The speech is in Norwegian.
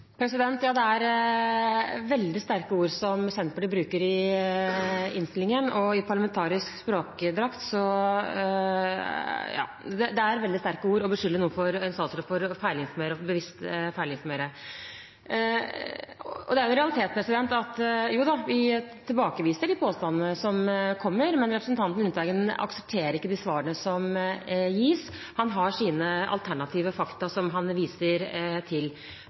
Ja, det er veldig sterke ord Senterpartiet bruker i innstillingen. I parlamentarisk språkdrakt er det veldig sterkt å beskylde en statsråd for bevisst å feilinformere. Det er en realitet at vi tilbakeviser de påstandene som kommer, men representanten Lundteigen aksepterer ikke de svarene som gis. Han har sine alternative fakta som han viser til.